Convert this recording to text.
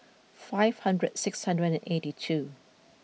five hundres six hundred and eighty two